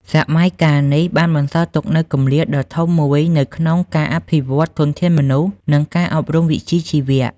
សម័យកាលនេះបានបន្សល់ទុកនូវគម្លាតដ៏ធំមួយនៅក្នុងការអភិវឌ្ឍធនធានមនុស្ស និងការអប់រំវិជ្ជាជីវៈ។